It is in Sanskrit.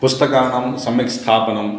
पुस्तकानां सम्यक् स्थापनं